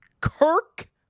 Kirk